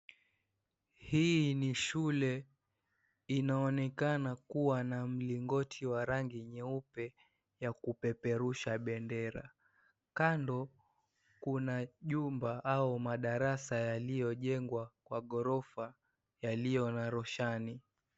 Hii ni shule inaonekana kuwa na mlingoti wa rangi yeupe ya kupeperusha bendera, kando kuna jumba au madarasa yaliyojengwa Kwa gorofa yaliyo na roshani.